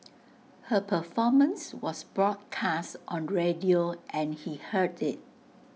her performance was broadcast on radio and he heard IT